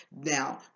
now